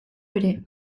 ere